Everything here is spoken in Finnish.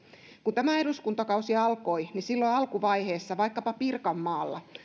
kun tämä eduskuntakausi alkoi silloin alkuvaiheessa vaikkapa pirkanmaalla